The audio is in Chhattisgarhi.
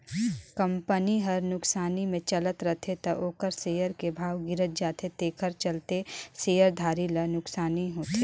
कंपनी हर नुकसानी मे चलत रथे त ओखर सेयर के भाव गिरत जाथे तेखर चलते शेयर धारी ल नुकसानी होथे